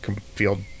feel